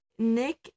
Nick